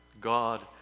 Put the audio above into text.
God